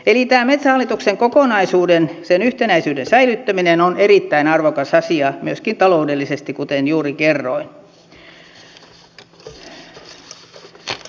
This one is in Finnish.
eli tämä metsähallituksen kokonaisuuden sen yhtenäisyyden säilyttäminen on erittäin arvokas asia myöskin taloudellisesti kuten juuri kerroin